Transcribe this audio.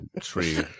tree